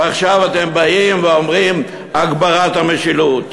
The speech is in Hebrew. ועכשיו אתם באים ואומרים: הגברת המשילות.